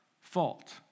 fault